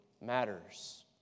matters